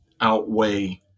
outweigh